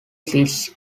sits